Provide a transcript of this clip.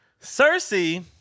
Cersei